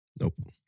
Nope